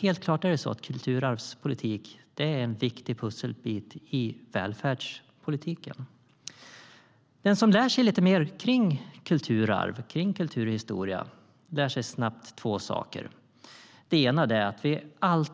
Helt klart är kulturarvspolitik en viktig pusselbit i välfärdspolitiken. Den som lär sig lite mer om kulturarv och kulturhistoria lär sig snabbt två saker. Den ena är att vi